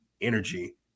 energy